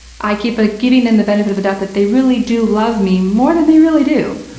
i keep, ah, giving them the benefit of the doubt that they really do love me more than they really do.